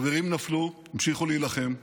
חברים נפלו, המשיכו להילחם,